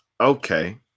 Okay